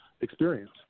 experience